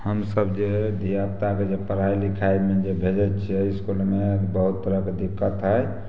हमसभ जे धिआपुताके जे पढ़ाइ लिखाइमे जे भेजै छिए इसकुलमे बहुत तरहके दिक्कत हइ